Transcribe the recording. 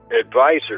advisor